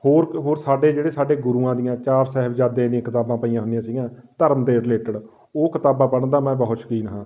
ਹੋਰ ਕ ਹੋਰ ਸਾਡੇ ਜਿਹੜੇ ਸਾਡੇ ਗੁਰੂਆਂ ਦੀਆਂ ਚਾਰ ਸਾਹਿਬਜ਼ਾਦੇ ਦੀਆਂ ਕਿਤਾਬਾਂ ਪਈਆਂ ਹੁੰਦੀਆਂ ਸੀਗੀਆਂ ਧਰਮ ਦੇ ਰਿਲੇਟਡ ਉਹ ਕਿਤਾਬਾਂ ਪੜ੍ਹਨ ਦਾ ਮੈਂ ਬਹੁਤ ਸ਼ੌਕੀਨ ਹਾਂ